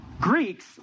Greeks